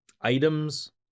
items